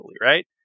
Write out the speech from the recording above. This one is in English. right